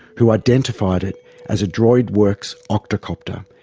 who identified it as a droidworx octocopter,